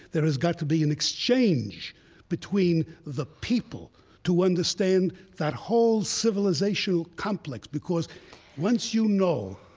there has got to be an exchange between the people to understand that whole civilizational complex because once you know,